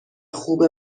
خوب